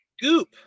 Goop